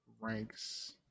ranks